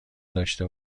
داشته